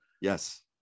Yes